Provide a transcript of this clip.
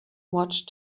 watched